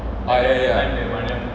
oh ya ya ya